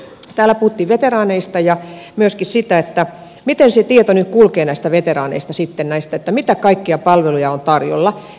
täällä puhuttiin veteraaneista ja myöskin siitä miten se tieto nyt kulkee näistä veteraaneista ja näistä että mitä kaikkia palveluja on tarjolla